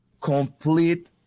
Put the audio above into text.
complete